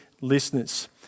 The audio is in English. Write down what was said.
listeners